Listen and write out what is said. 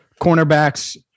cornerbacks